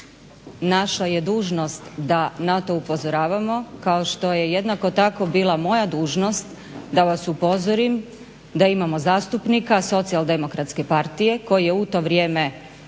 naša je dužnost da na to upozoravamo, kao što je jednako tako bila moja dužnost da vas upozorim da imamo zastupnika SDP-a koji je u to vrijeme